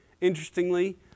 interestingly